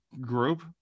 group